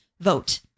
vote